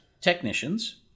technicians